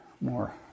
more